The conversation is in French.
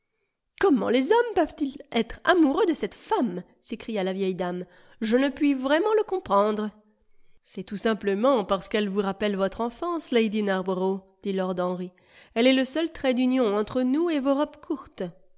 comment les hommes peuvent-ils être amoureux de cette femme s'écria la vieille dame je ne puis vraiment le comprendre c'est tout simplement parce qu'elle vous rappelle votre enfance lady narborough dit lord henry elle est le seul trait d'union entre nous et vos robes courtes